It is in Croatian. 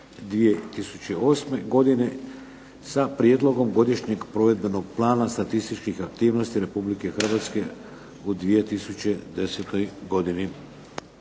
2008. godine sa prijedlogom godišnjeg provedbenog plana statističkih aktivnosti Republike Hrvatske u 2010. godini.